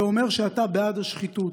זה אומר שאתה בעד השחיתות.